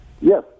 Yes